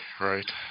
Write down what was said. Right